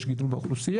יש גידול באוכלוסייה,